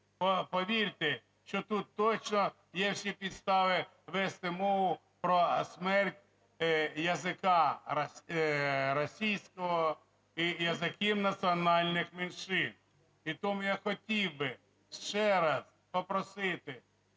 Повірте, що тут точно є всі підстави вести мову про смерть языка російського і языков национальных меншин. І тому я хотів би ще раз попросити,